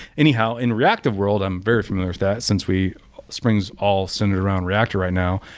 anyhow, in reactive world i'm very familiar with that since we spring is all centered around reactor right now.